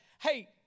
hey